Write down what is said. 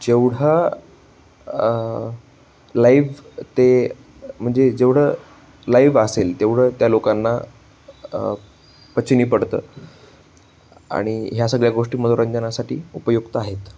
जेवढा लाईव्ह ते म्हणजे जेवढं लाईव्ह असेल तेवढं त्या लोकांना पचनी पडतं आणि ह्या सगळ्या गोष्टी मनोरंजनासाठी उपयुक्त आहेत